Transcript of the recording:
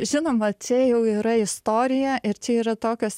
žinoma čia jau yra istorija ir čia yra tokios